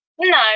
No